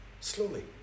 slowly